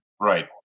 right